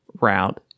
route